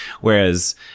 Whereas